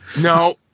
No